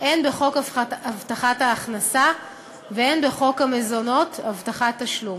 הן בחוק הבטחת ההכנסה והן בחוק המזונות (הבטחת תשלום).